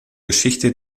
geschichte